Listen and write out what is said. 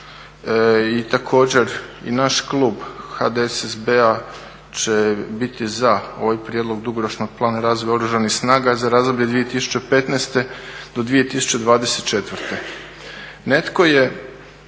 i također i naš klub HDSSB-a će biti za ovaj prijedlog dugoročnog plana i razvoja oružanih snaga za razdoblje 2015. do 2024. Netko je